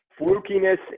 flukiness